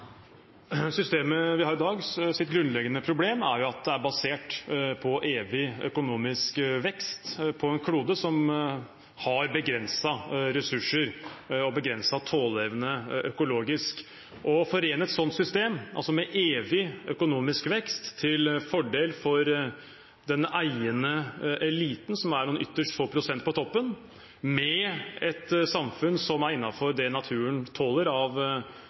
Systemet vi har i dag, har som grunnleggende problem at det er basert på evig økonomisk vekst på en klode som har begrensede ressurser og begrenset tåleevne økologisk. Å forene et slikt system – med evig økonomisk vekst til fordel for den eiende eliten, som er noen ytterst få prosent på toppen – med et samfunn som er innenfor det naturen tåler av